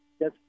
Yes